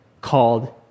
called